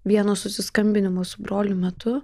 vieno susiskambinimo su broliu metu